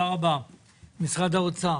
משרד האוצר,